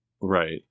right